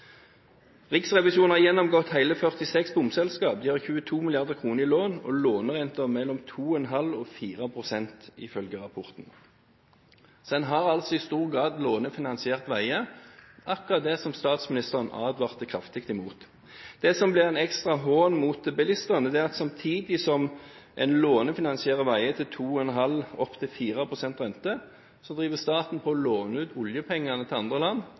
Riksrevisjonen har gjennomgått hele 46 bomselskaper. De har 22 mrd. kr i lån og lånerenter på mellom 2,5 pst. og 4 pst., ifølge rapporten. Man har altså i stor grad lånefinansiert veier, akkurat det statsministeren advarte kraftig mot. Det som blir en ekstra hån mot bilistene, er at samtidig som man lånefinansierer veier – fra 2,5 pst. opp til 4 pst. rente – låner staten ut oljepengene til andre land